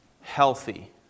healthy